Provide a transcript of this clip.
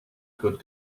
good